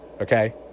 okay